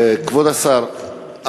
כבוד השר,